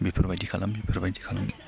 बिफोरबायदि खालाम बिफोरबायदि खालाम